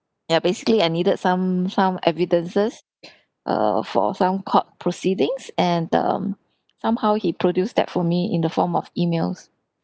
ya basically I needed some some evidences err for some court proceedings and um somehow he produced that for me in the form of emails